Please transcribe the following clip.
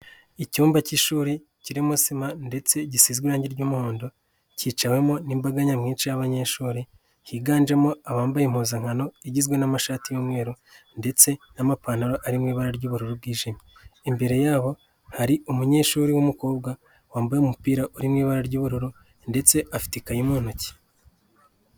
Icyumba cy'ishuri kirimo sima ndetse gisizwe irangi ry'umuhondo kicawemo n'imbaga nyamwinshi y'abanyeshuri kiganjemo abambaye impuzankano igizwe n'amashati y'umweru ndetse n'amapantaro ari mu ibara ry'ubururu bwijimye, imbere yabo hari umunyeshuri w'umukobwa wambaye umupira uri mu ibara ry'ubururu ndetse afite ikayi mu ntoki.